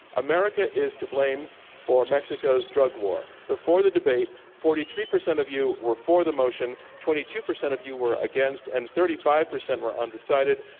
america is to blame for mexico's drug war. before the debate, forty three percent of you were for the motion, twenty two percent of you were against, and thirty five percent were undecided.